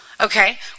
Okay